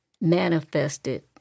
manifested